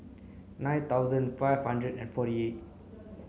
nine thousand five hundred and forty eight